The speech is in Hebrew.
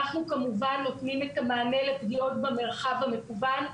אנחנו כמובן נותנים את המענה לפגיעות במרחב המקוון.